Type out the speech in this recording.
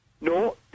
No